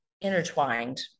intertwined